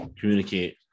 communicate